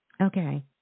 Okay